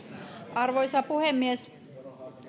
arvoisa puhemies